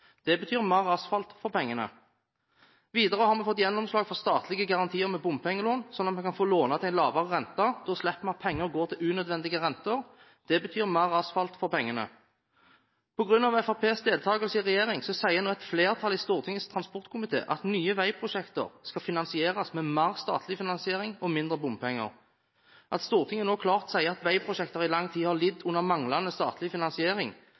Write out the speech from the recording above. Det betyr mer asfalt for pengene. Videre har vi fått gjennomslag for statlige garantier ved bompengelån, sånn at vi kan få låne til en lavere rente. Da slipper man at penger går til unødvendige renter. Det betyr mer asfalt for pengene. På grunn av Fremskrittspartiets deltakelse i regjering sier nå et flertall i Stortingets transportkomité at nye veiprosjekter skal finansieres med mer statlig finansiering og mindre bompenger. At Stortinget nå klart sier at veiprosjekter i lang tid har lidd under manglende statlig finansiering